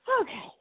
Okay